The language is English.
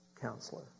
counselor